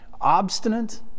obstinate